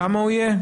כמה הוא יהיה?